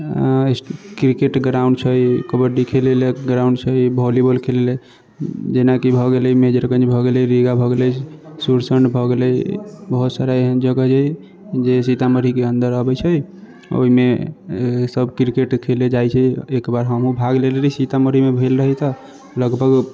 cricket ground छै कबड्डी खेलैले ground छै वॉली बाँल खेलैले जेनाकि भऽ गेलै मेजरगंज भऽ गेलै रीगा भऽ गेलै सुरसण्ड भऽ गेलै बहुत सारा एहन जगह छै जे सीतामढ़ीके अन्दर अबै छै ओहिमे सभ क्रिकेट खेलै जाइ छै एक बार हमहुँ भाग लेने रहि सीतामढ़ीमे भेल रहै तऽ लगभग